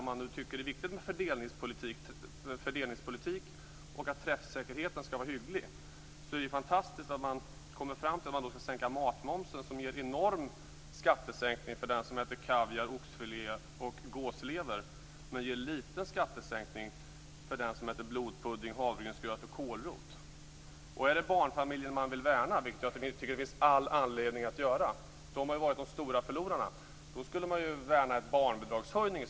Om man nu tycker att det är viktigt med fördelningspolitik och att träffsäkerheten är hygglig är det fantastiskt att man kommer fram till att man skall sänka matmomsen. Det innebär en enorm skattesänkning för den som äter kaviar, oxfilé och gåslever men en liten skattesänkning för den som äter blodpudding, havregrynsgröt och kålrot. Jag tycker att det finns all anledning att värna om barnfamiljerna; de har ju varit de stora förlorarna. Om man vill göra det skulle man ju i så fall värna om en barnbidragshöjning.